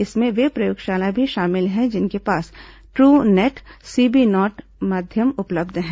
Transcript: इनमें वे प्रयोगशालाएं भी शामिल हैं जिनके पास ट्रूनेट और सीबीनाट माध्यम उपलब्ध हैं